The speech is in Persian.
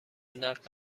نقد